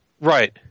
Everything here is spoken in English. Right